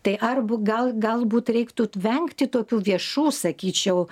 tai arbu gal galbūt reiktų vengti tokių viešų sakyčiau